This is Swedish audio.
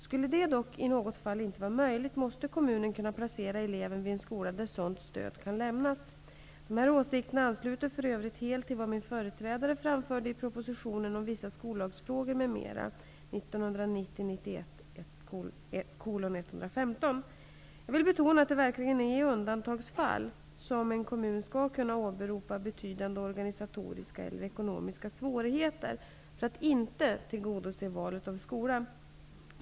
Skulle detta dock i något fall inte vara möjligt måste kommunen kunna placera eleven vid en skola där sådant stöd kan lämnas. Dessa åsikter ansluter för övrigt helt till vad min företrädare framförde i propositionen om vissa skollagsfrågor m.m. . Jag vill betona att det verkligen är i undantagsfall som en kommun skall kunna åberopa ''betydande organisatoriska eller ekonomiska svårigheter'' för att inte tillgodose valet av skola.